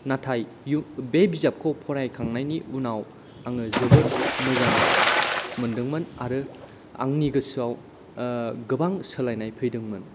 नाथाय बे बिजाबखौ फराय खांनायनि उनाव आङो जोबोद मोजां मोनदोंमोन आरो आंनि गोसोआव गोबां सोलायनाय फैदोंमोन